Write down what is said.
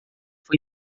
foi